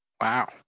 Wow